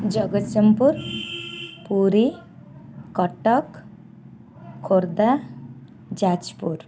Jagatsinghpur Puri Cuttack Khordha Jajpur